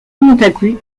montagu